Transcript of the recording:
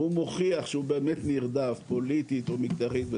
והוא מוכיח שהוא באמת נרדף פוליטית או מגדרית,